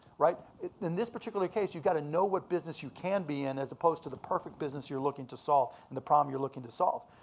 in this particular case, you've gotta know what business you can be in, as opposed to the perfect business you're looking to solve and the problem you're looking to solve.